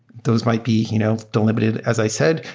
those might be you know delimited, as i said.